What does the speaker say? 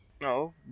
No